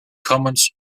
comments